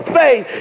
faith